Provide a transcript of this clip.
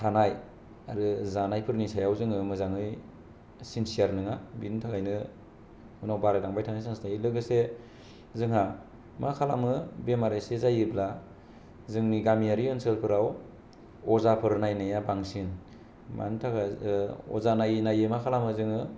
थानाय आरो जानायफोरनि सायाव जोङो मोजाङै सिनस्यार नङा बेनि थाखायनो उनाव बारायलांबाय थानायनि चान्स थायो लोगोसे जोंहा माखालामो बेमार एसे जायोब्ला जोंनि गामियारि ओनसोलफोराव अजाफोर नायनाया बांसिन मानो थाखाय अजा नाययै नाययै मा खालामो जोङो